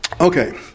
Okay